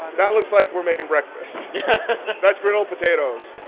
that looks like we're making breakfast that's griddled potatoes.